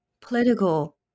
political